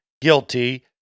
guilty